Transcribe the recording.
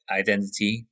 identity